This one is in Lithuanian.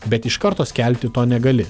bet iš karto skelbti to negali